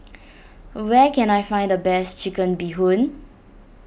where can I find the best Chicken Bee Hoon